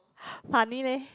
funny leh